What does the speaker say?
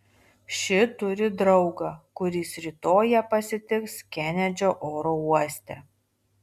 ši turi draugą kuris rytoj ją pasitiks kenedžio oro uoste